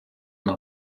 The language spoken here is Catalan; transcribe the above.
una